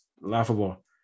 Laughable